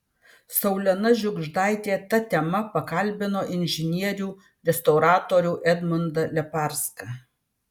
saulena žiugždaitė ta tema pakalbino inžinierių restauratorių edmundą leparską